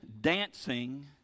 dancing